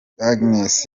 agnes